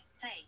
Play